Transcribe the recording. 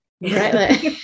Right